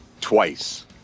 twice